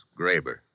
Graber